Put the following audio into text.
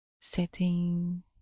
setting